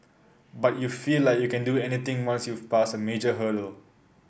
but you feel like you can do anything once youth passed a major hurdle